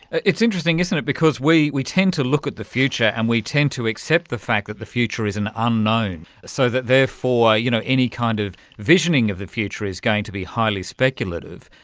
it's interesting, isn't it, because we we tend to look at the future and we tend to accept the fact that the future is an unknown, so that therefore you know any kind of visioning of the future is going to be highly speculative.